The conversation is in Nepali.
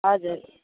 हजुर